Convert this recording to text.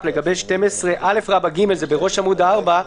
לגבי 12א(ג) בראש עמוד 4,